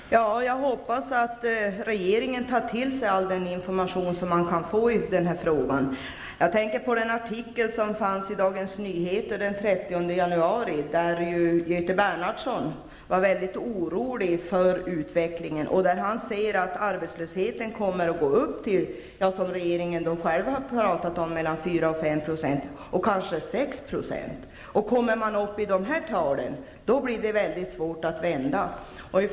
Fru talman! Jag hoppas att regeringen tar till sig all den information den kan få i den här frågan. Jag tänker då på den artikel som fanns i Dagens Nyheter den 30 januari där Göte Bernhardsson var mycket orolig för utvecklingen. Han säger att arbetslösheten kommer att uppgå till 4--5 %, vilket regeringen själv har talat om, och kanske 6 %. Kommer man upp i dessa tal, blir det mycket svårt att vända utvecklingen.